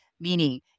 meaning